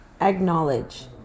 acknowledge